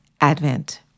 Advent